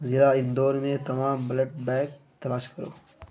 ضیا اندور میں تمام blood bank تلاش کرو